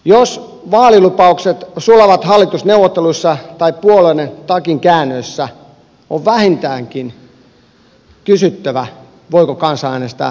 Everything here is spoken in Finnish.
jos vaalilupaukset sulavat hallitusneuvotteluissa tai puolueiden takinkäännöissä on vähintäänkin kysyttävä voiko kansa äänestää milloinkaan oikein